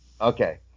Okay